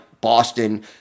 Boston